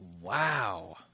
Wow